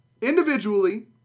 individually